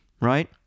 right